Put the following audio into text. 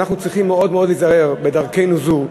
ואנחנו צריכים מאוד מאוד להיזהר בדרכנו זו,